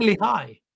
high